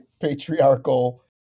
patriarchal